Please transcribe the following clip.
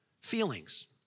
feelings